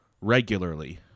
regularly